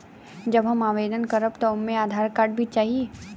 जब हम आवेदन करब त ओमे आधार कार्ड भी चाही?